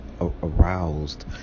aroused